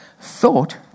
Thought